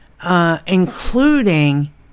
Including